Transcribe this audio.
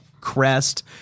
crest